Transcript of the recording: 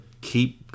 keep